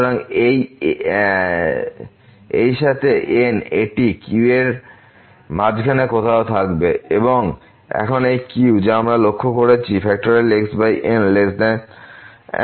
সুতরাং এই সাথে N এটি q এর মাঝখানে কোথাও থাকবে এবং এখন এই q যা আমরা লক্ষ্য করেছি কারণ xN1